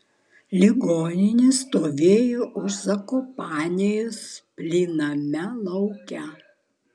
ligoninė stovėjo už zakopanės plyname lauke